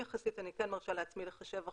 יחסית אני כן מרשה לעצמי לחשב אחוזים.